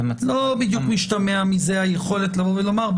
לא בדיוק משתמעת מזה היכולת לבוא ולומר,